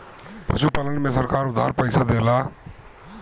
पशुपालन में सरकार उधार पइसा देला?